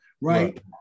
Right